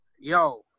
yo